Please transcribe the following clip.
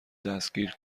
دستگیر